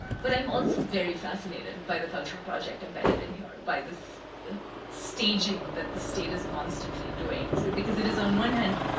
but i'm also very fascinated by the cultural project embedded in here by the staging that the state is constantly doing. it because it is, on one hand,